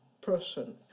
person